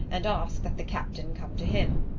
and ask that the captain come to him.